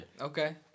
Okay